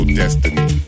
destiny